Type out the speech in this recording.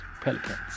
Pelicans